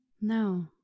no